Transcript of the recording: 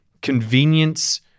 convenience